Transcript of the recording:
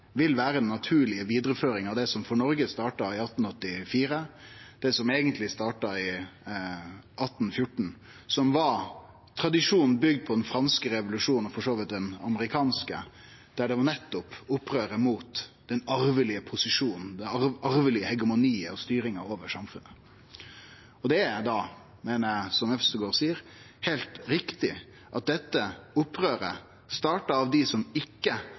vil vere ei naturleg vidareføring av det som for Noreg starta i 1884, det som eigentleg starta i 1814, og som var tradisjonen bygd på den franske revolusjonen – og for så vidt den amerikanske – opprøret mot den arvelege posisjonen, det arvelege hegemoniet og styringa over samfunnet. Det er, meiner eg, heilt rett, det representanten Øvstegård seier, at dette opprøret blei starta av dei som ikkje